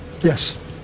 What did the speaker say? Yes